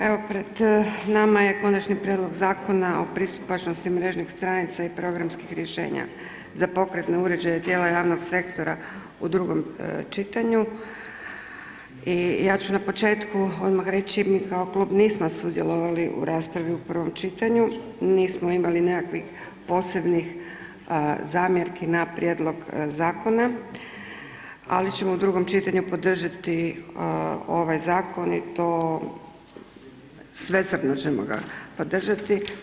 Evo pred nama je Konačni prijedlog Zakona o pristupačnosti mrežnih stranica i programskih rješenja za pokretne uređaje i tijela javnog sektora u drugom čitanju i ja ću na početku odmah reći, mi kao Klub nismo sudjelovali u raspravi u prvom čitanju, nismo imali nekakvih posebnih zamjerki na prijedlog zakona, ali ćemo u drugom čitanju podržati zakon i to … ćemo ga podržati.